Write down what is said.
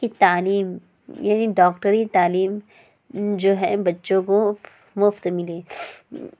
کہ تعلیم یعنی ڈاکٹری تعلیم جو ہے بچوں کو مفت ملے